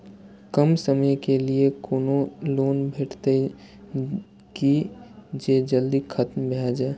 कम समय के लीये कोनो लोन भेटतै की जे जल्दी खत्म भे जे?